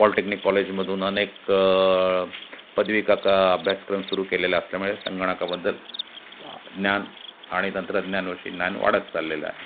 polytechnic कॉलेजमधून अनेक पदविकाका अभ्याससक्रम सुरू केलेला असल्यामुळे संगणकाबद्दल ज्ञान आणि तंत्रज्ञानविषयी ज्ञान वाढत चाललेलं आहे